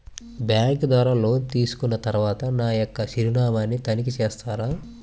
Bank ద్వారా loan తీసుకున్న తరువాత నా యొక్క చిరునామాని తనిఖీ చేస్తారా?